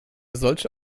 solche